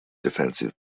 defensive